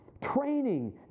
training